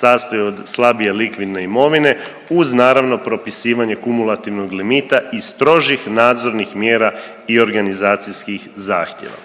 sastoji od slabije likvidne imovine uz naravno propisivanje kumulativnog limita i strožih nadzornih mjera i organizacijskih zahtjeva.